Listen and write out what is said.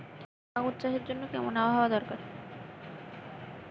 আঙ্গুর চাষের জন্য কেমন আবহাওয়া দরকার?